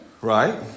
Right